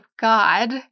God